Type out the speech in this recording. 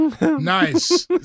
nice